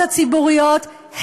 הצעת ועדת החוקה,